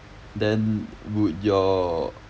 then would your